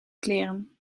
kleren